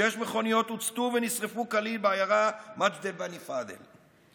שש מכוניות הוצתו ונשרפו כליל בעיירה מג'דל בני פדיל,